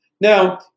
now